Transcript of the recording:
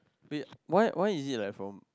wait why why is it like from